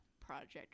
Project